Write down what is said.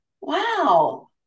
Wow